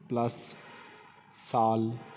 plus ਸਾਲ